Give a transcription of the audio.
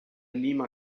lima